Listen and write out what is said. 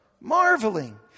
Marveling